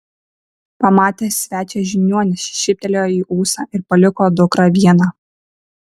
pamatęs svečią žiniuonis šyptelėjo į ūsą ir paliko dukrą vieną